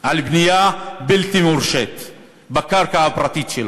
על בנייה בלתי מורשית בקרקע הפרטית שלו.